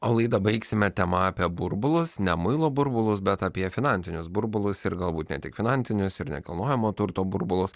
o laidą baigsime tema apie burbulus ne muilo burbulus bet apie finansinius burbulus ir galbūt ne tik finansinius ir nekilnojamo turto burbulus